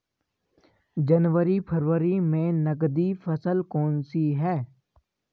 जनवरी फरवरी में नकदी फसल कौनसी है?